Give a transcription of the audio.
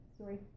Sorry